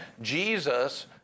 Jesus